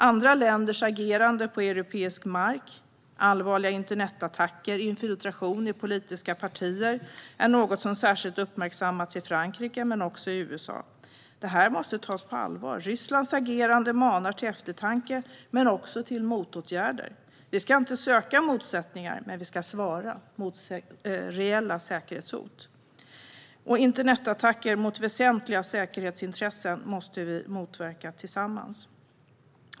Andra länders agerande på europeisk mark, allvarliga internetattacker och infiltration i politiska partier är något som särskilt uppmärksammats i Frankrike, men också i USA. Detta måste tas på allvar. Rysslands agerande manar till eftertanke, men också till motåtgärder. Vi ska inte söka motsättningar, men vi ska svara på reella säkerhetshot. Internetattacker mot väsentliga säkerhetsintressen måste vi motverka tillsammans.